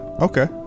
Okay